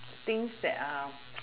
things that are